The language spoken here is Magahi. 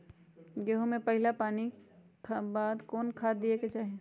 गेंहू में पहिला पानी के बाद कौन खाद दिया के चाही?